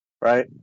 Right